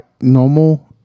normal